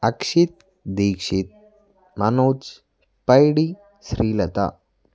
Akshit Dixit Manoj Paidi Srilatha